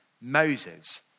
Moses